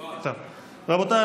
רבותיי,